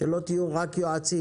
שלא תהיו רק יועצים,